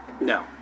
No